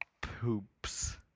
Poops